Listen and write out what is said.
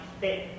fit